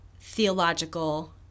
theological